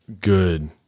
good